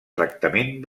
tractament